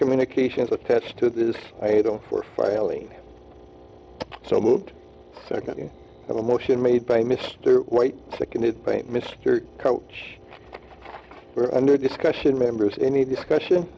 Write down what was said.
communications attached to this item for filing so moved second the motion made by mr white seconded by mr coach were under discussion members any discussion